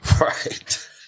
Right